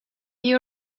you